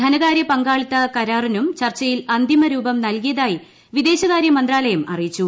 ധനകാര്യ പങ്കാളിത്ത കരാറിനും ചർച്ചയിൽ അന്തിമ രൂപം നൽകിയതായി വിദേശകാര്യ മന്ത്രാലയം അറിയിച്ചു